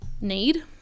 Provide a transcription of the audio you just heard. need